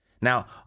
Now